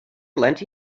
lent